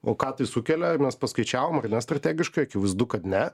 o ką tai sukelia ir mes paskaičiavome kad nestrategiškai akivaizdu kad ne